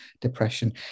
depression